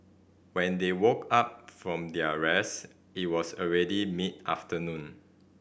when they woke up from their rest it was already mid afternoon